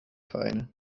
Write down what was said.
vereine